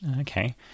okay